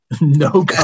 No